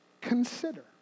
consider